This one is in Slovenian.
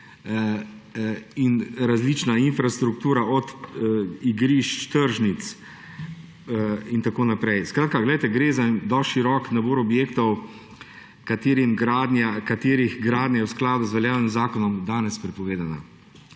in različna infrastruktura, od igrišč, tržnic in tako naprej. Skratka, gre za dosti širok nabor objektov, katerih gradnja v skladu z veljavnim zakonom bo danes prepovedana.